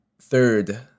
third